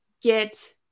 get